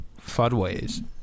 Fudways